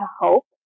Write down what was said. hope